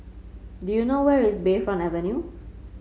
do you know where is Bayfront Avenue